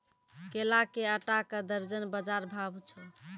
केला के आटा का दर्जन बाजार भाव छ?